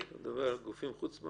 אתה מדבר על גופים חוץ-בנקאיים?